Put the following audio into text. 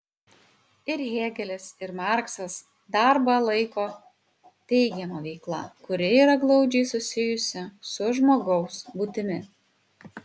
ir hėgelis ir marksas darbą laiko teigiama veikla kuri yra glaudžiai susijusi su žmogaus būtimi